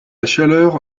chaleur